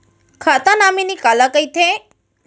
खाता नॉमिनी काला कइथे?